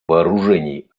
вооружений